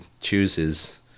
chooses